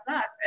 up